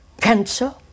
cancer